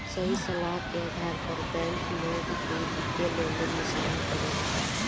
सही सलाह के आधार पर बैंक, लोग के वित्तीय लेनदेन में शामिल करेला